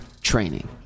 training